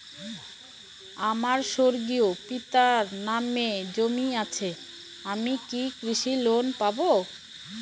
আমার স্বর্গীয় পিতার নামে জমি আছে আমি কি কৃষি লোন পাব?